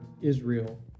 Israel